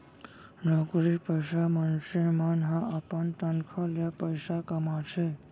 नउकरी पइसा मनसे मन ह अपन तनखा ले पइसा कमाथे